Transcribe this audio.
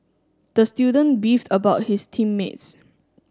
the student beefed about his team mates